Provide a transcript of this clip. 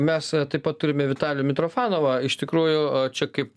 mes taip pat turime vitalijų mitrofanovą iš tikrųjų čia kaip